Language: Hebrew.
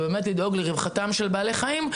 ולדאוג לרווחתם של בעלי החיים,